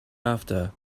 after